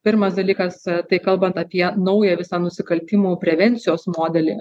pirmas dalykas tai kalbant apie naują visą nusikaltimų prevencijos modelį